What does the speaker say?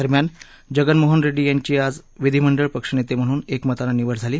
दरम्यान जगन मोहन रेड्डी यांची आज विधिमंडळ पक्ष नेते म्हणून एकमताने निवड झाली